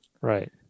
Right